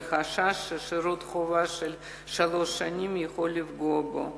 לא מגיע למדינה מחשש ששירות חובה של שלוש שנים יכול לפגוע בו.